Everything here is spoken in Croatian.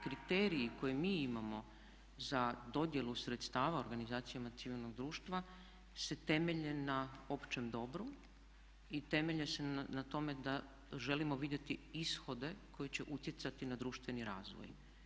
Kriteriji koje mi imamo za dodjelu sredstava organizacijama civilnog društva se temelje na općem dobru i temelje se na tome da želimo vidjeti ishode koji će utjecati na društveni razvoj.